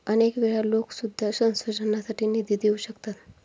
अनेक वेळा लोकं सुद्धा संशोधनासाठी निधी देऊ शकतात